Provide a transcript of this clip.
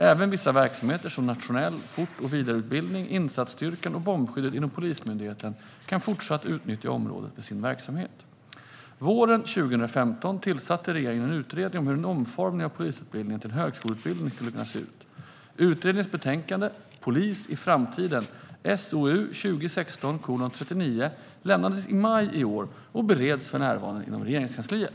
Även vissa verksamheter, som nationell fort och vidareutbildning, insatsstyrkan och bombskyddet, inom Polismyndigheten kan fortsatt utnyttja området för sin verksamhet. Våren 2015 tillsatte regeringen en utredning om hur en omformning av polisutbildningen till en högskoleutbildning skulle kunna se ut. Utredningens betänkande Polis i framtiden lämnades i maj i år och bereds för närvarande i Regeringskansliet.